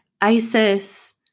Isis